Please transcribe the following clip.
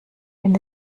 wenn